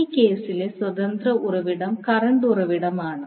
ഈ കേസിലെ സ്വതന്ത്ര ഉറവിടം കറണ്ട് ഉറവിടമാണ്